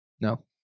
No